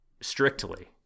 strictly